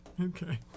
Okay